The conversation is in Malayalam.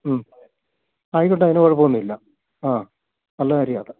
മ്മ് ആയിക്കോട്ടെ അതിന് കുഴപ്പം ഒന്നും ഇല്ല ഇല്ല ആ നല്ല കാര്യമാണ് അത്